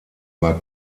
war